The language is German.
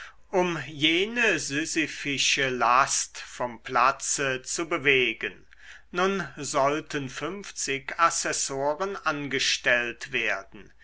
um jene sisyphische last vom platze zu bewegen nun sollten fünfzig assessoren angestellt werden